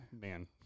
man